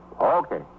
Okay